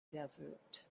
desert